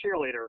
cheerleader